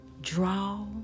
draw